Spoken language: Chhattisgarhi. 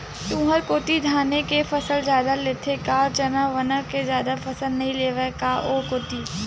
तुंहर कोती धाने के फसल जादा लेथे का चना वना के जादा फसल नइ लेवय का ओ कोती?